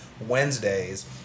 Wednesdays